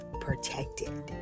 protected